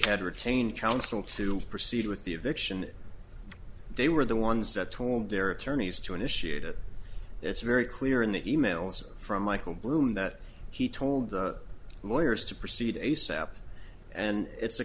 had retained counsel to proceed with the eviction they were the ones that told their attorneys to initiate it it's very clear in the e mails from michael blum that he told the lawyers to proceed asap and it's a